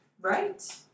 right